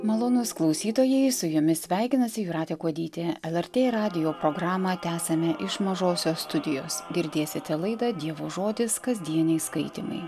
malonūs klausytojai su jumis sveikinasi jūratė kuodytė el er tė radijo programą tęsiame iš mažosios studijos girdėsite laidą dievo žodis kasdieniai skaitymai